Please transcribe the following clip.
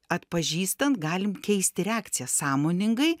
atpažįstant galim keisti reakciją sąmoningai